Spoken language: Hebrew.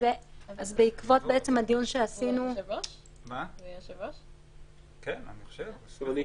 מזכירה שצריך להחריג מההגדרה "אסיר"